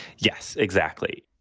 yes, exactly.